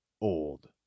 old